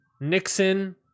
Nixon